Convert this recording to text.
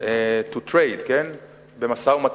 to trade במשא-ומתן.